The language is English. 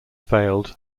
failed